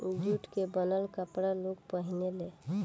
jute के बनल कपड़ा के लोग पहिने ले